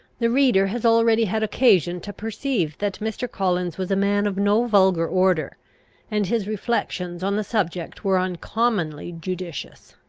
the reader has already had occasion to perceive that mr. collins was a man of no vulgar order and his reflections on the subject were uncommonly judicious.